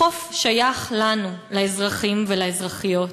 החוק שייך לנו, לאזרחים ולאזרחיות.